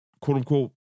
quote-unquote